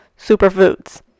superfoods